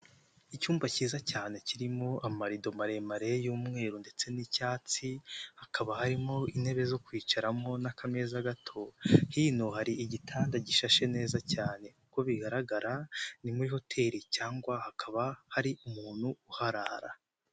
Icyumba cyiza cyane kirimo amarido maremare y'umweru ndetse n'icyatsi, hakaba harimo intebe zo kwicaramo n'akameza gato, hino hari igitanda gishashe neza cyane, uko bigaragara ni muri hoteli cyangwa hakaba hari umuntu uharara.